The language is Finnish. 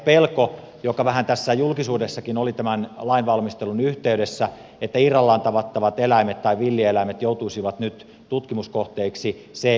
oli pelkoa vähän tässä julkisuudessakin tämän lainvalmistelun yhteydessä että irrallaan tavattavat eläimet tai villieläimet joutuisivat nyt tutkimuskohteiksi